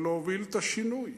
ולהוביל את השינוי.